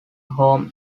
home